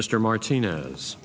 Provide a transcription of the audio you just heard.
mr martinez